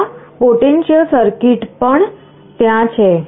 આ પોટેન્શિયો સર્કિટ પણ ત્યાં છે